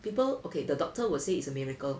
people okay the doctor will say it's a miracle